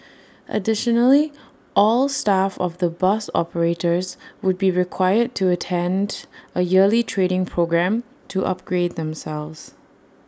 additionally all staff of the bus operators would be required to attend A yearly training programme to upgrade themselves